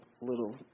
little